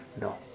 No